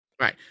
Right